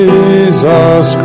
Jesus